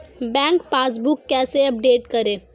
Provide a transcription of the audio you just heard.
Bank passbook कैसे update करें?